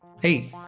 Hey